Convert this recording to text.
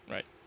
Right